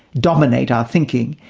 dominate our thinking,